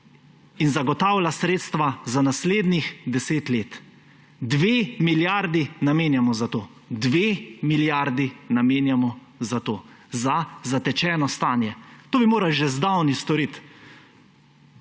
in zagotavlja sredstva za naslednjih deset let. Dve milijardi namenjamo za to. Dve milijardi namenjamo za zatečeno stanje. To bi morali že zdavnaj storiti.